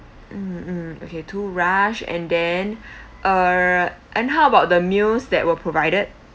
mm mm okay too rush and then uh and how about the meals that were provided